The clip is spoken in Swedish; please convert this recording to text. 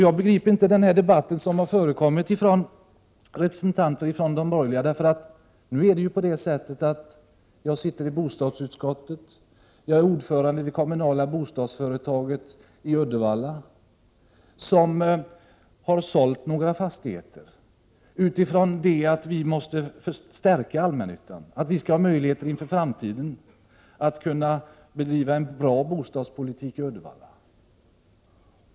Jag begriper inte den debatt som har förts från de borgerliga partierna. Jag sitter i bostadsutskottet, och jag är ordförande i det kommunala bostadsföretaget i Uddevalla, som sålde några fastigheter på grund av att man måste stärka allmännyttan och för att göra det möjligt att i framtiden bedriva en bra bostadspolitik i Uddevalla.